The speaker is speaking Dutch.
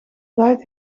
tijd